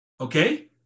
Okay